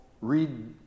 read